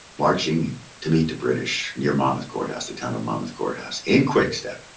marching to meet the british near monmouth courthouse, the town of monmouth courthouse. in quick step.